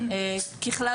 ככלל,